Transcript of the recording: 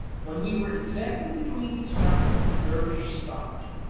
when we were exactly between these mountains the dervish stopped.